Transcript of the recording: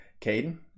Caden